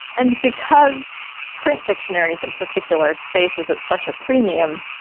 and because print dictionaries in particular, space is at such a premium,